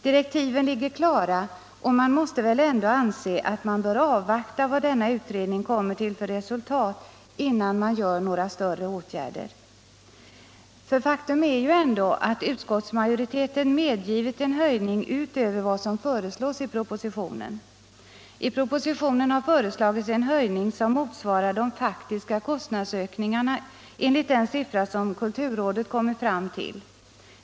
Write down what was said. Direktiven ligger klara och man måste väl avvakta vad denna utredning kommer till för resultat innan man vidtar några större åtgärder. Faktum är ändå att utskottsmajoriteten medgivit en höjning utöver vad som föreslås i propositionen. Där har föreslagits en höjning, som motsvarar de faktiska kostnadsökningarna enligt den siffra som kulturrådet kommit fram till.